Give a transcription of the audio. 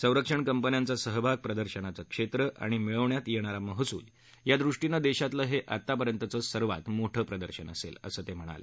संरक्षण कंपन्यांचा सहभाग प्रदर्शनाचं क्षेत्र आणि मिळवण्यात येणारा महसूल या दृष्टीनं देशातलं हे आतापर्यंतचं सर्वात भव्य प्रदर्शन असेल असं ते म्हणाले